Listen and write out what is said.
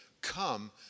come